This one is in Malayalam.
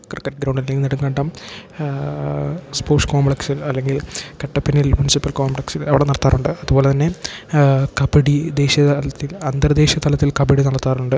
ക്രിക്കറ്റ് ഗ്രൗണ്ടല്ലെങ്കിൽ നെടുങ്ങണ്ടം സ്പോർട്സ് കോംപ്ലക്സ്കിൽ അല്ലെങ്കിൽ കെട്ടപ്പന്നൽ മുൻസിപ്പൽ കോംപ്ലക്സ് അവിടെ നടത്താറുണ്ട് അതുപോലെ തന്നെ കബഡി ദേശീയ തലത്തിൽ അന്തർ ദേശീയ തലത്തിൽ കബഡി നടത്താറുണ്ട്